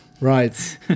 Right